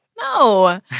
No